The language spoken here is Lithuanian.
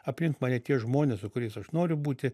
aplink mane tie žmonės su kuriais aš noriu būti